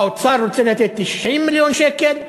האוצר רוצה לתת 90 מיליון שקל,